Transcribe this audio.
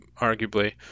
arguably